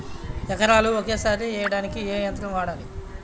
ఎకరాలు ఒకేసారి వేయడానికి ఏ యంత్రం వాడాలి?